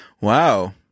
Wow